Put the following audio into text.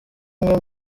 umwe